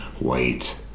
Wait